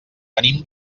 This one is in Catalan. venim